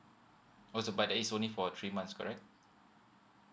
oh so but there is only for three months correct